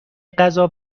غذا